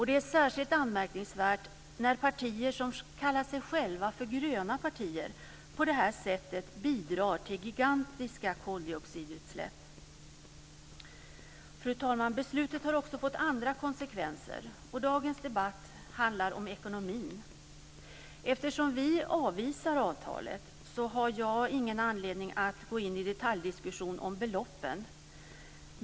Det är särskilt anmärkningsvärt när partier som kallar sig själva för gröna partier på det här sättet bidrar till gigantiska koldioxidutsläpp. Fru talman! Beslutet har också fått andra konsekvenser. Och dagens debatt handlar om ekonomin. Eftersom vi avvisar avtalet har jag ingen anledning att gå in i detaljdiskussion om beloppen.